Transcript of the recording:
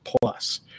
plus